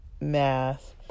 math